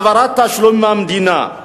העברת תשלום מהמדינה.